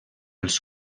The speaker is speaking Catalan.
els